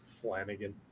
Flanagan